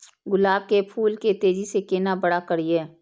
गुलाब के फूल के तेजी से केना बड़ा करिए?